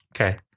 Okay